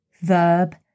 verb